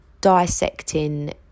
dissecting